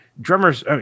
drummers